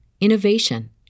innovation